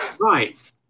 Right